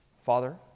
Father